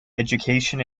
education